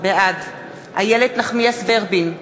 בעד איילת נחמיאס ורבין,